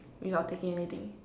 without taking anything